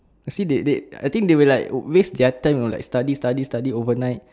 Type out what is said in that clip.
I see they they I think they will like waste their time you know like study study study overnight